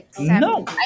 No